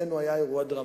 אדוני היושב-ראש,